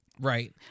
right